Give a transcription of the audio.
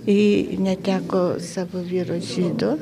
ji neteko savo vyro žydo